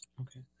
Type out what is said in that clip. Okay